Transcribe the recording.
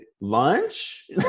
Lunch